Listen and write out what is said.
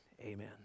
Amen